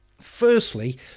Firstly